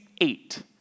eight